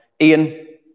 Ian